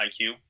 IQ